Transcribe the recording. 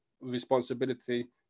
responsibility